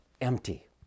empty